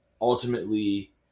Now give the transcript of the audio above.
ultimately